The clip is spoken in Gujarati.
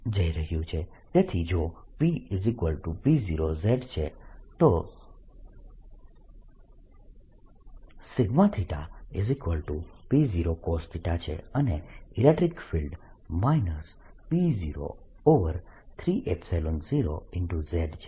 તેથી જો PP0z છે તો θP0cos છે અને ઇલેક્ટ્રીક ફીલ્ડ P03ϵ0 z છે